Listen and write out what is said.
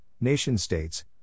nation-states